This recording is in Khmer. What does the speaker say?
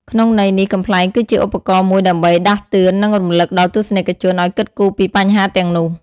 ក្នុងន័យនេះ កំប្លែងគឺជាឧបករណ៍មួយដើម្បីដាស់តឿន និងរំលឹកដល់ទស្សនិកជនឲ្យគិតគូរពីបញ្ហាទាំងនោះ។